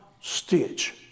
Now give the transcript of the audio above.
stitch